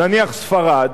נניח ספרד,